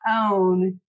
own